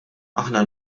aħna